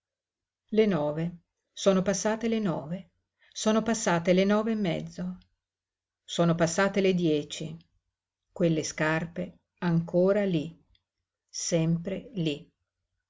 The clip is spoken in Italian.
le nove sono passate le nove sono passate le nove e mezzo sono passate le dieci quelle scarpe ancora lí sempre lí